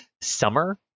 summer